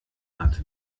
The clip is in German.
hat